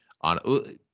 on